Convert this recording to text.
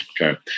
okay